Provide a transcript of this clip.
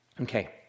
Okay